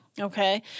Okay